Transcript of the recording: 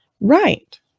Right